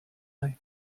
night